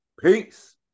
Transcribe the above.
Peace